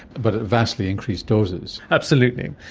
but at vastly increased doses. absolutely.